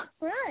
Right